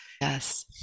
Yes